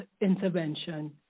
intervention